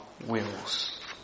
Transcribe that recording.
wills